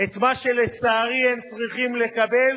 את מה שלצערי הם צריכים לקבל,